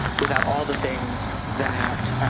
without all the things that.